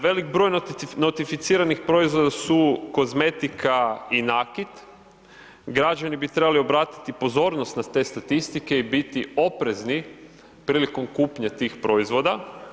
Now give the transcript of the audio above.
Velik broj notificiranih proizvoda su kozmetika i nakit, građani bi trebali obratiti pozornost na te statistike i biti oprezni prilikom kupnje tih proizvoda.